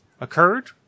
occurred